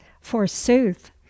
forsooth